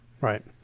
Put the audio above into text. right